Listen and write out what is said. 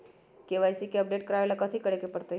KYC के update करवावेला कथि करें के परतई?